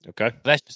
Okay